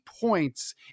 points